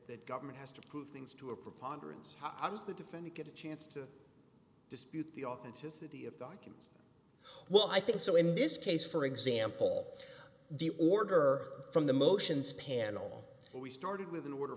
government has to prove things to a preponderance of the defendant get a chance to dispute the authenticity of documents well i think so in this case for example the order from the motions panel we started with an order